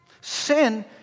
Sin